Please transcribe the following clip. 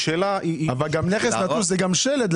היא שאלה --- אבל נכס נטוש הוא גם שלד,